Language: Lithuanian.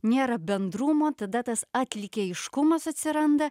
nėra bendrumo tada tas atlikėjiškumas atsiranda